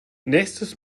nächstes